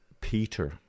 Peter